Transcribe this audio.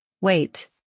Wait